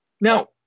Now